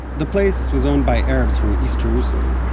the place was owned by arabs from east jerusalem,